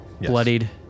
Bloodied